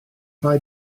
rhai